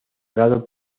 prado